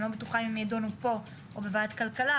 אני לא בטוחה אם יידונו פה או בוועדת כלכלה,